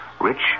rich